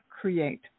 create